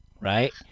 right